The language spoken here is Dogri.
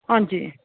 हां जी